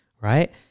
right